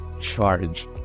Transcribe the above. charge